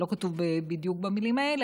לא כתוב בדיוק במילים האלה,